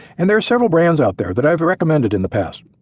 and there are several brands out there that i've recommended in the past.